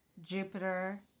Jupiter